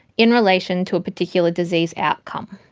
in relation to a particular disease outcome.